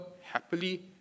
happily